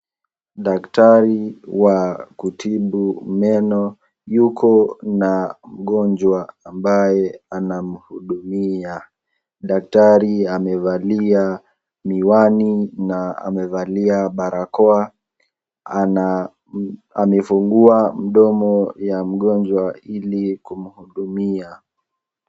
Daktari wa kutibu meno yuko na mgonjwa ambaye anamhudumia. Daktari amevalia miwani na amevalia barakoa ana amefungua mdomo ya mgonjwa ili kumhudumia.